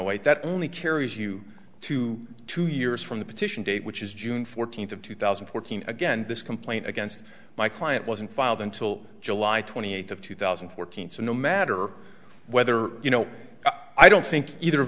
await that only carries you to two years from the petition date which is june fourteenth of two thousand and fourteen again this complaint against my client wasn't filed until july twenty eighth of two thousand and fourteen so no matter whether you know i don't think either of